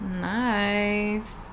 Nice